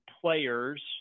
players